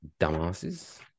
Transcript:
Dumbasses